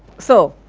so,